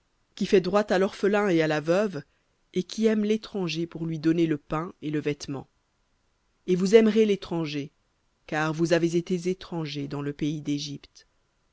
qui fait droit à l'orphelin et à la veuve et qui aime l'étranger pour lui donner le pain et le vêtement et vous aimerez l'étranger car vous avez été étrangers dans le pays d'égypte